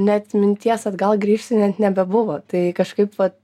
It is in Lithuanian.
net minties atgal grįžti net nebebuvo tai kažkaip vat